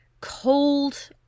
cold